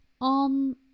on